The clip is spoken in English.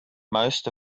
most